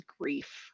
grief